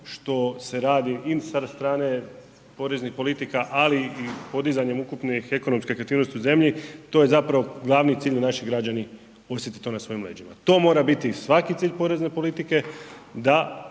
se ne razumije./... poreznih politika ali i podizanjem ukupnih ekonomskih .../Govornik se ne razumije./... u zemlji, to je zapravo glavni cilj da naši građani osjete na svojim leđima. To mora biti svaki cilj porezne politike, da